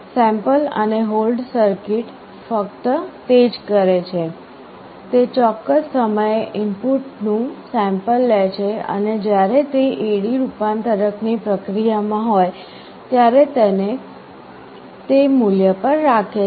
sample અને hold circuit ફક્ત તે જ કરે છે તે ચોક્કસ સમયે ઇનપુટનું સેમ્પલ લે છે અને જ્યારે તે AD રૂપાંતરક ની પ્રક્રિયામાં હોય ત્યારે તેને તે મૂલ્ય પર રાખે છે